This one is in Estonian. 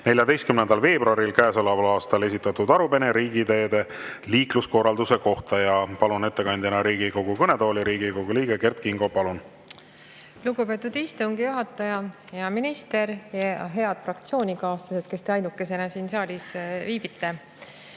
14. veebruaril käesoleval aastal esitatud arupärimine riigiteede liikluskorralduse kohta. Palun ettekandjaks Riigikogu kõnetooli Riigikogu liikme Kert Kingo. Palun! Lugupeetud istungi juhataja! Hea minister! Head fraktsioonikaaslased, kes te ainukesena siin saalis viibite!